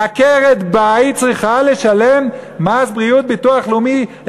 עקרת-בית צריכה לשלם מס בריאות וביטוח לאומי,